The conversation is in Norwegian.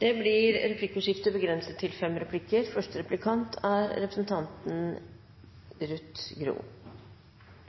Det blir replikkordskifte. Mens regjeringen jobber med opptrappingsplanen på rusfeltet, får vi bekymringsmeldinger, bl.a. om at det er